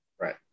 right